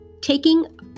taking